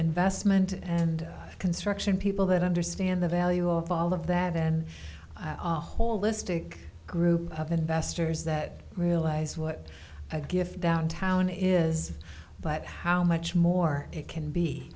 vast meant and construction people that understand the value of all of that and i'll holistic group of investors that realize what a gift downtown is but how much more it can be